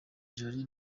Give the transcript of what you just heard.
jolie